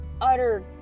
utter